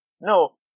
No